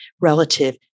relative